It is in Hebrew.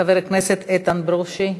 חבר הכנסת איתן ברושי.